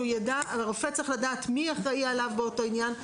הרופא צריך לדעת מי אחראי לו באותו עניין.